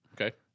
Okay